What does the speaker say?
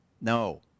No